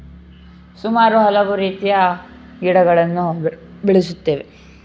ಸುಮಾರು ಹಲವು ರೀತಿಯ ಗಿಡಗಳನ್ನು ಬೆಳೆಸುತ್ತೇವೆ